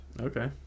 okay